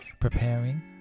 preparing